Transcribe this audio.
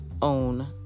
own